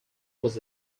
was